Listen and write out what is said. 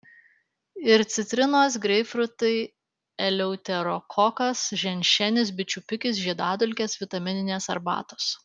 ir citrinos greipfrutai eleuterokokas ženšenis bičių pikis žiedadulkės vitamininės arbatos